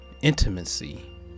intimacy